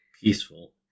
Peaceful